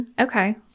Okay